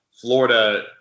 Florida